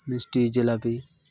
ᱢᱤᱥᱴᱤ ᱡᱤᱞᱟᱹᱯᱤ